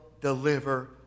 deliver